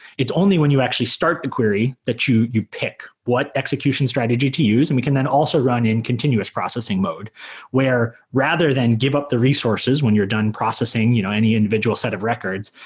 it's only when you actually start the query that you you pick. what executions strategy to use, and we can then also run in continuous processing mode where rather than give up the resources when you're done processing you know any individual set of records,